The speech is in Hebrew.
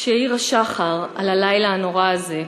כשהאיר השחר על הלילה הנורא הזה,